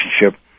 relationship